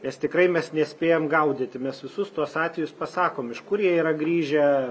nes tikrai mes nespėjam gaudyti mes visus tuos atvejus pasakom iš kur jie yra grįžę